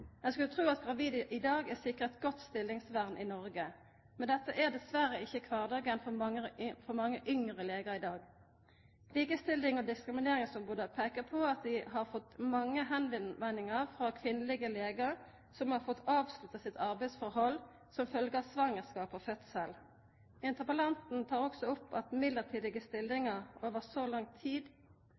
skulle tru at gravide i dag er sikra eit godt stillingsvern i Noreg. Men dette er dessverre ikkje kvardagen for mange yngre legar i dag. Likestillings- og diskrimineringsombodet peikar på at dei har fått mange førespurnader frå kvinnelege legar som har fått avslutta sitt arbeidsforhold som følgje av svangerskap og fødsel. Interpellanten tek også opp at mellombelse stillingar over så lang tid